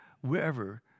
wherever